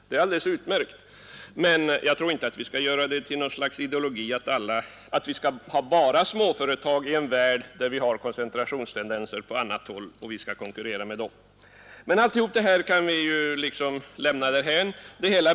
Det är alldeles utmärkt att vi har dem. Men vi skall inte göra det till en ideologi att ha enbart småföretag, i en värld med koncentrationstendenser vid många av de företag som vi skall konkurrera med. Allt detta kan vi emellertid lämna därhän.